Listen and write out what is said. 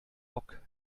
bock